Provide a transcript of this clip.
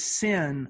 sin